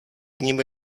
nimi